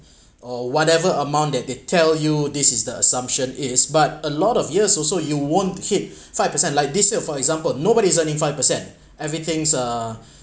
or whatever amount that they tell you this is the assumption is but a lot of years also you won't hit five percent like this year for example nobody's earning five percent everything's uh